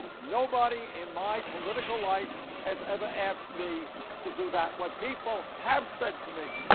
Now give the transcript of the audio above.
nobody in my political life has ever asked me to do that. what people have said to me.